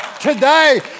Today